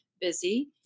busy